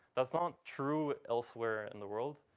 that's not true elsewhere in the world.